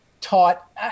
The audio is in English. taught